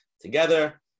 together